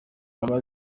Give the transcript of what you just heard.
aba